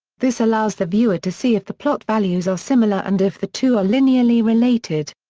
this allows the viewer to see if the plot values are similar and if the two are linearly related.